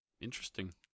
Interesting